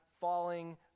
falling